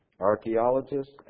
archaeologists